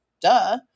duh